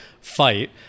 fight